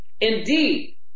Indeed